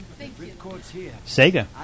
Sega